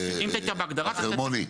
מר חרמוני,